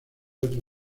otro